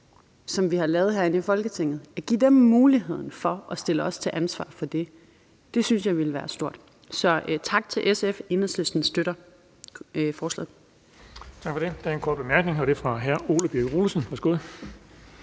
som vi har lavet herinde i Folketinget, muligheden for at stille os til ansvar for det, synes jeg ville være stort. Så tak til SF. Enhedslisten støtter forslaget. Kl. 21:45 Den fg. formand (Erling Bonnesen): Tak for det. Der